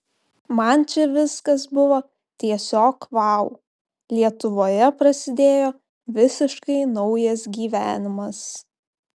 man čia viskas buvo tiesiog vau lietuvoje prasidėjo visiškai naujas gyvenimas